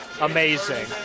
Amazing